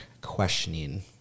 questioning